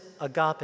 agape